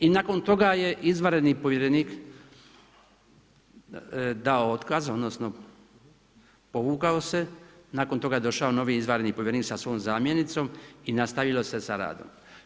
I nakon toga je izvanredni povjerenik dao otkaz, odnosno povukao se, nakon toga je došao novi izvanredni povjerenik sa svojom zamjenicom i nastavilo se sa radom.